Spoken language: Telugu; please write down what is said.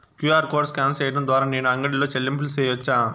క్యు.ఆర్ కోడ్ స్కాన్ సేయడం ద్వారా నేను అంగడి లో చెల్లింపులు సేయొచ్చా?